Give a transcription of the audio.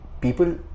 people